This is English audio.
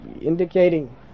indicating